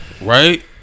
right